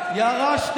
ראשונה.